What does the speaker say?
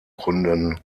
gründen